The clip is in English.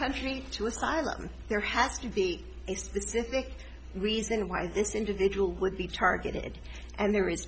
country to asylum there has to be a specific reason why this individual would be targeted and there is